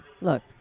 Look